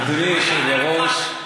אדוני היושב-ראש,